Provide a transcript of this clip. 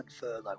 furlough